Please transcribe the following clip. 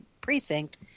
precinct